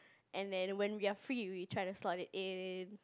and there when we are free we try to slot it in